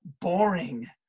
boring